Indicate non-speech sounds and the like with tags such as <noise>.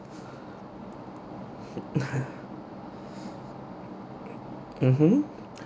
<laughs> mmhmm